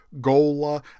gola